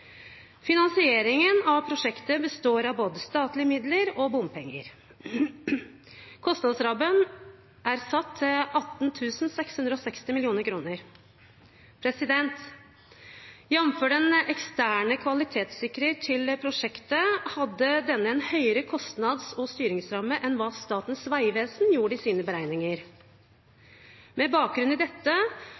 Finansieringen av prosjektet består av både statlige midler og bompenger. Kostnadsrammen er satt til 18 660 mill. kr. Den eksterne kvalitetssikreren for prosjektet la til grunn en høyere kostnads- og styringsramme enn det Statens vegvesen gjorde i sine beregninger. Med bakgrunn i dette